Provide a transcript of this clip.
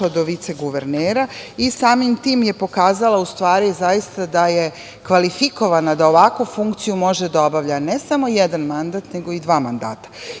do viceguvernera i samim tim je pokazala u stvari zaista da je kvalifikovana da ovakvu funkciju može da obavlja ne samo jedan mandat nego i dva mandata. To